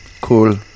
cool